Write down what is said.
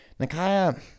Nakaya